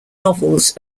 novels